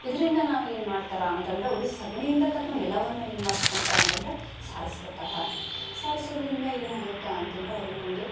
ಇದರಿಂದ ನಾವು ಏನು ಮಾಡ್ತರೆ ಅಂತಂದ್ರ ಅವರು ಸಗ್ಣಿಯಿಂದ ತಮ್ಮ ನೆಲವನ್ನ ಏನು ಮಾಡ್ಸ್ಕೊಳ್ತಾರೆ ಅಂತಂದರೆ ಸಾರಿಸ್ಕೊತ್ತಾರೆ ಸಾರಿಸೋದರಿಂದ ಏನಾಗುತ್ತೆ ಅಂತಂದ್ರೆ ಅವರಿಗೆ ಒಂದು